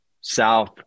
South